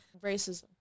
Racism